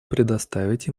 предоставить